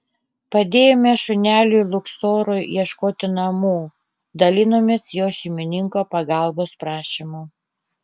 padėjome šuneliui luksorui ieškoti namų dalinomės jo šeimininko pagalbos prašymu